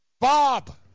Bob